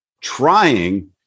trying